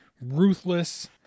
Ruthless